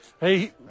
Hey